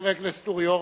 חבר הכנסת אורי אורבך,